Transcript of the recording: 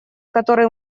который